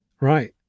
Right